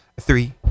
three